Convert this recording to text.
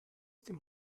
dem